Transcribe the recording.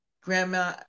Grandma